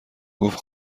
گفت